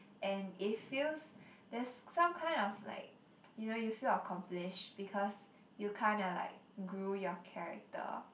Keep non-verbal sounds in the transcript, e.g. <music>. and it feels there's some kind of like <noise> you know you feel accomplished because you kinda like grew your character